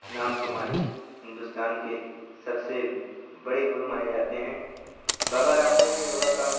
نام کے مالک ہندوستان کے سب سے بڑے گرو مانے جاتے ہیں بابا رام دیو نے یوگا کا